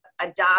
adopt